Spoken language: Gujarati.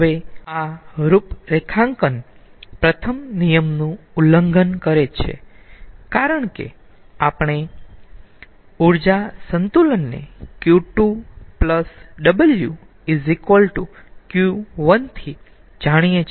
હવે આ રૂપરેખાંકન પ્રથમ નિયમ નું ઉલ્લંઘન કરે છે કારણ કે આપણે ઊર્જા સંતુલનને Q2 W Q1 થી જાણીયે છીએ